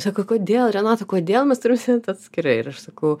sako kodėl renata kodėl mes turim sėdėt atskirai ir aš sakau